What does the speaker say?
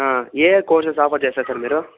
ఏ ఏ courses offer చేస్తారు sir మీరు